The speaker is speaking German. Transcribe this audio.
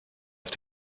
auf